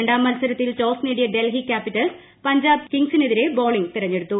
രണ്ടാം മത്സരത്തിൽ ടോസ് നേടിയ ഡൽഹി ക്യാപിറ്റൽസ് പഞ്ചാബ് കിംഗ്സിനെതിരെ ബൌളിംഗ് തിരഞ്ഞെടുത്തു